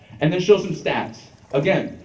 and then show some stats again.